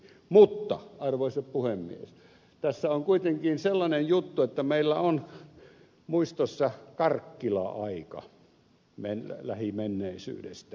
mutta arvoisa puhemies tässä on kuitenkin sellainen juttu että meillä on muistoissa karkkila aika lähimenneisyydestä